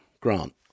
Grant